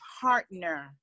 partner